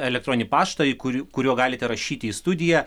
elektroninį paštą į kurį kuriuo galite rašyti į studiją